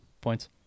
points